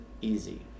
easy